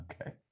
Okay